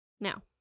Now